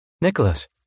Nicholas